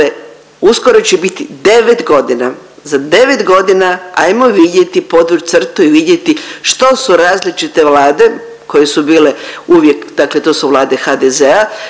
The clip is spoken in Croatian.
uskoro će biti 9 godina, za 9 godina hajmo vidjeti, hajmo vidjeti, podvući crtu i vidjeti što su različite vlade koje su bile uvijek, dakle to su vlade HDZ-a